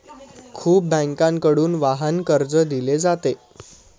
खूप बँकांकडून वाहन कर्ज दिले जाते